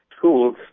tools